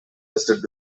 listed